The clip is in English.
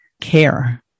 care